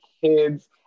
kids